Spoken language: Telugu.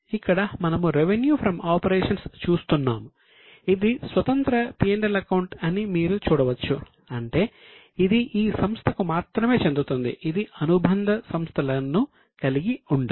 ఇక్కడ మనము రెవెన్యూ ఫ్రం ఆపరేషన్స్ చూస్తున్నాము ఇది స్వతంత్ర P L అకౌంట్ అని మీరు చూడవచ్చు అంటే ఇది ఈ సంస్థకు మాత్రమే చెందుతుంది ఇది అనుబంధ సంస్థలను కలిగి ఉండదు